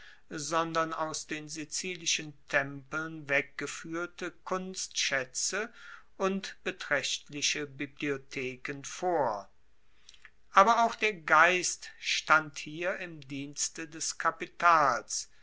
sondern aus den sizilischen tempeln weggefuehrte kunstschaetze und betraechtliche bibliotheken vor aber auch der geist stand hier im dienste des kapitals